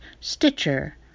Stitcher